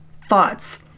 thoughts